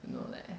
you know like